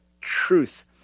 Truth